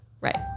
Right